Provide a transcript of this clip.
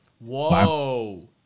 Whoa